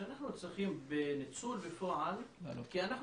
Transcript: שאנחנו צריכים בניצול בפועל כי אנחנו